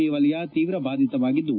E ವಲಯ ತೀವ್ರ ಬಾಧಿತವಾಗಿದ್ದು